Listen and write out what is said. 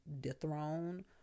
dethrone